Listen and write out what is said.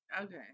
okay